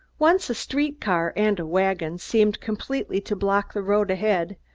once a street-car and a wagon seemed completely to block the road ahead,